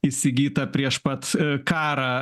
įsigyta prieš pat karą